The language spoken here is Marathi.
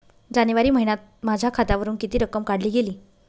जानेवारी महिन्यात माझ्या खात्यावरुन किती रक्कम काढली गेली?